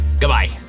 Goodbye